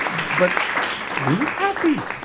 but we were happy!